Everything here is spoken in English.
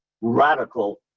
radical